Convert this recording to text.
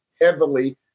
heavily